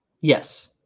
Yes